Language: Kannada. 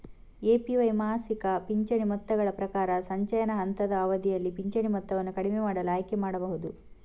ಎ.ಪಿ.ವೈ ಮಾಸಿಕ ಪಿಂಚಣಿ ಮೊತ್ತಗಳ ಪ್ರಕಾರ, ಸಂಚಯನ ಹಂತದ ಅವಧಿಯಲ್ಲಿ ಪಿಂಚಣಿ ಮೊತ್ತವನ್ನು ಕಡಿಮೆ ಮಾಡಲು ಆಯ್ಕೆ ಮಾಡಬಹುದು